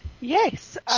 yes